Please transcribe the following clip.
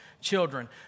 children